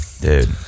Dude